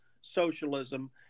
socialism